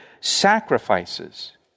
sacrifices